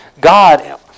God